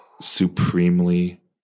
supremely